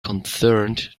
concerned